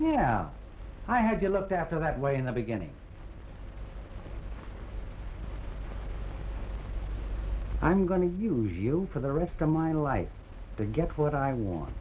yeah i had you looked after that way in the beginning i'm going to use you for the rest of my life to get what i want